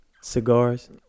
Cigars